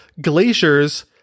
glaciers